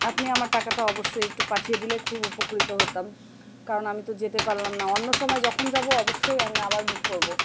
আপনি আমার টাকাটা অবশ্যই একটু পাঠিয়ে দিলে খুব উপকৃত হতাম কারণ আমি তো যেতে পারলাম না অন্য সময় যখন যাবো অবশ্যই আমি আবার বুক করবো